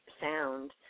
sound